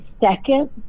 Second